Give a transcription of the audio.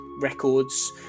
records